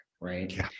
right